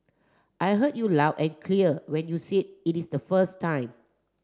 I heard you loud and clear when you said it is the first time